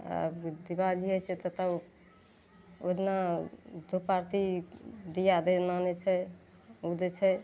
आब जे दीवाली होइ छै तऽ तब ओइदिना सुपाटी दिया दै लानय छै उ जे छै